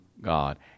God